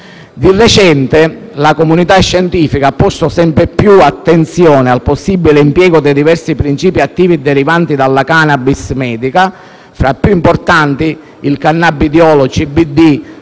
Di recente, la comunità scientifica ha posto sempre più attenzione al possibile impiego dei diversi principi attivi derivanti dalla *cannabis* medica, fra i più importanti: il cannabidiolo (CBD),